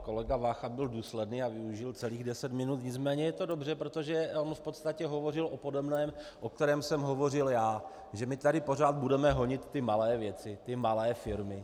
Kolega Vácha byl důsledný a využil celých deset minut, nicméně je to dobře, protože on v podstatě hovořil o podobném, o kterém jsem hovořil já, že my tady pořád budeme honit ty malé věci, ty malé firmy.